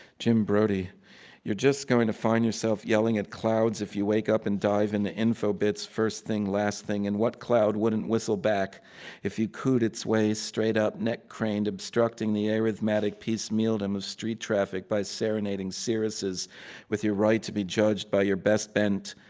jim brodey you're just going to find yourself yelling at clouds if you wake up and dive into info-bits first thing last thing. and what cloud wouldn't whistle back if you cooed its way straight up, neck craned, obstructing the arrythmatic piece mealdom of street traffic by serenading cirruses with your right to be judged by your best bent.